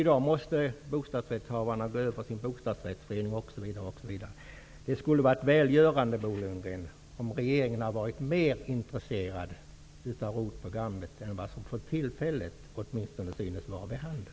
I dag måste bostadsrättshavarna gå via sin bostadsrättsförening, osv. Det skulle ha varit välgörande, Bo Lundgren, om regeringen hade varit mer intresserad av ROT-programmet än vad som för tillfället synes vara vid handen.